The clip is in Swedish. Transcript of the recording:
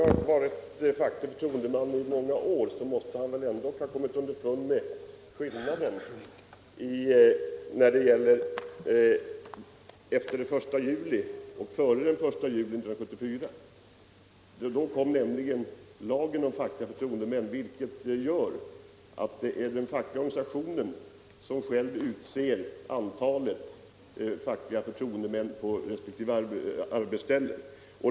Men om herr Hagberg har varit facklig förtroendeman i många år måste han väl ändå ha kommit underfund med skillnaden före och efter den 1 juli 1974. Då kom nämligen lagen om facklig förtroendemans ställning på arbetsplatsen, som bl.a. innebär att de fackliga organisationerna själva utser antalet förtroendemän på respektive arbetsställe.